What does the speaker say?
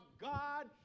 God